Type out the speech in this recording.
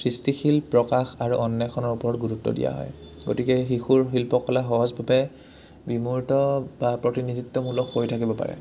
সৃষ্টিশীল প্ৰকাশ আৰু অন্বেষণৰ ওপৰত গুৰুত্ব দিয়া হয় গতিকে শিশুৰ শিল্পকলা সহজভাৱে বিমূৰ্ত বা প্ৰতিনিধিত্ব মূলক হৈ থাকিব পাৰে